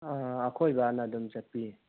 ꯑꯈꯣꯏ ꯕꯥꯅ ꯑꯗꯨꯝ ꯆꯠꯄꯤꯌꯦ